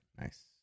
nice